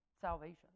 salvation